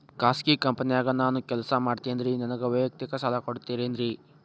ಖಾಸಗಿ ಕಂಪನ್ಯಾಗ ನಾನು ಕೆಲಸ ಮಾಡ್ತೇನ್ರಿ, ನನಗ ವೈಯಕ್ತಿಕ ಸಾಲ ಕೊಡ್ತೇರೇನ್ರಿ?